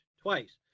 twice